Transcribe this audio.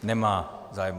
Nemá zájem.